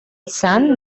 σαν